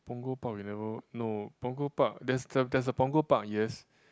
Punggol Park we never no Punggol Park there's the there's a Punggol Park yes